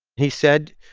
he said,